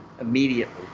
immediately